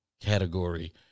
category